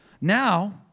Now